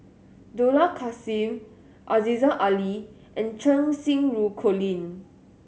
Dollah Kassim Aziza Ali and Cheng Xinru Colin